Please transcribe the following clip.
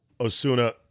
Osuna